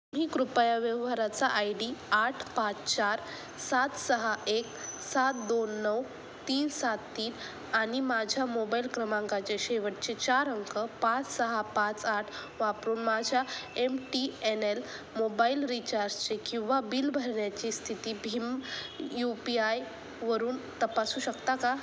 तुम्ही कृपया व्यवहाराचा आय डी आठ पाच चार सात सहा एक सात दोन नऊ तीन सात तीन आणि माझ्या मोबाईल क्रमांकाचे शेवटचे चार अंक पाच सहा पाच आठ वापरून माझ्या M T N L mobile रीचार्जचे किंवा बिल भरण्याची स्थिती भीम यू पी आय वरून तपासू शकता का